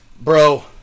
bro